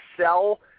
sell